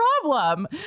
problem